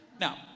Now